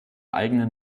eigenen